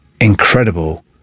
incredible